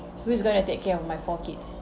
who's gonna take care of my four kids